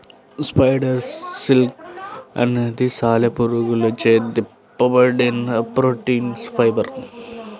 spider silk అనేది సాలెపురుగులచే తిప్పబడిన ప్రోటీన్ ఫైబర్